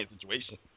situation